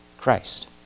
Christ